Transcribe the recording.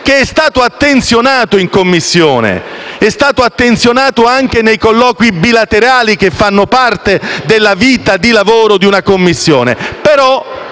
che è stato attenzionato in Commissione, così come nei colloqui bilaterali che fanno parte della vita di lavoro di una Commissione.